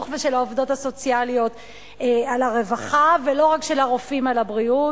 ושל העובדות הסוציאליות על הרווחה ולא רק של הרופאים על הבריאות.